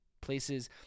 places